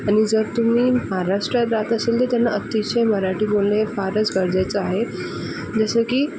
आणि जर तुम्ही महाराष्ट्रात राहत असाल तर त्यांना अतिशय मराठी बोलणे हे फारच गरजेचं आहे जसं की